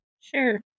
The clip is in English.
Sure